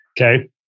Okay